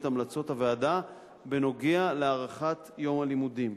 המלצות הוועדה בנוגע להארכת יום הלימודים.